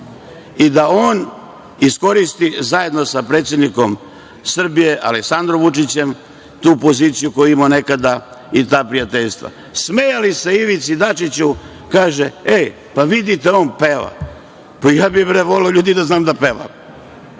i da on iskoristi, zajedno sa predsednikom Srbije, Aleksandrom Vučićem, tu poziciju koju je imao nekada i ta prijateljstva. Smejali su se Ivici Dačiću, kažu – vidite, on peva. Ljudi, ja bih voleo da znam da pevam,